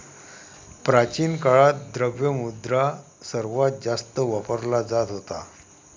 प्राचीन काळात, द्रव्य मुद्रा सर्वात जास्त वापरला जात होता